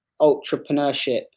entrepreneurship